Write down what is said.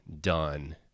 done